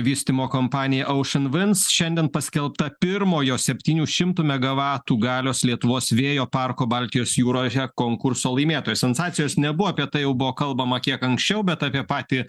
vystymo kompanija ocean winds šiandien paskelbta pirmojo septynių šimtų megavatų galios lietuvos vėjo parko baltijos jūroje konkurso laimėtojas sensacijos nebuvo apie tai jau buvo kalbama kiek anksčiau bet apie patį